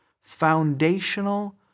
foundational